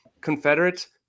Confederates